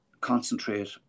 concentrate